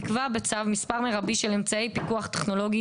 יקבע בצו מספר מרבי של אמצעי פיקוח טכנולוגי